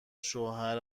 شوهر